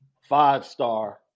five-star